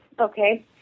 Okay